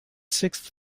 sixth